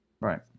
Right